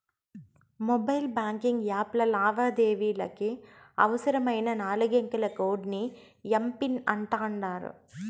mobile banking యాప్ల లావాదేవీలకి అవసరమైన నాలుగంకెల కోడ్ ని ఎమ్.పిన్ అంటాండారు